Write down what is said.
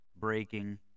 breaking